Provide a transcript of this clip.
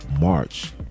march